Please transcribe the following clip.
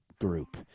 group